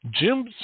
Jim